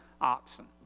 oxen